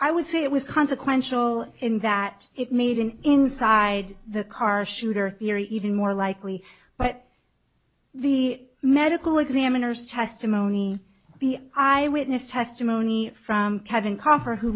i would say it was consequential in that it made an inside the car shooter theory even more likely but the medical examiner's testimony be i witness testimony from kevin costner who